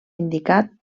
indicat